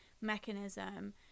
mechanism